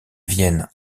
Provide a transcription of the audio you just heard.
vienne